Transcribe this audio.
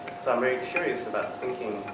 so i'm very curious about thinking